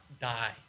die